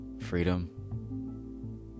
freedom